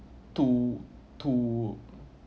to to